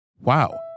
Wow